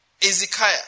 Ezekiah